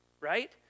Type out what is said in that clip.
right